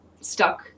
stuck